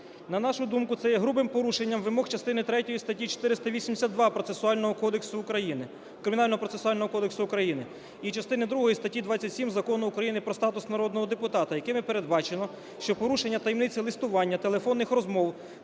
На нашу думку, це є грубим порушенням вимог частини третьої статті 482 процесуального кодексу України, Кримінального процесуального кодексу України і частини другої статті 27 Закону України "Про статус народного депутата", якими передбачено, що порушення таємниці листування, телефонних розмов,